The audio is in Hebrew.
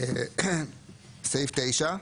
סעיף 9,